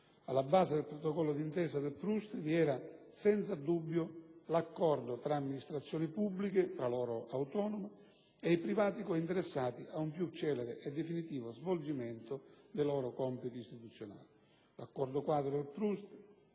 Alla base del protocollo d'intesa del PRUSST vi era senza dubbio l'accordo tra amministrazioni pubbliche, tra loro autonome, e i privati cointeressati ad un più celere e definito svolgimento dei loro compiti istituzionali. L'accordo quadro del PRUSST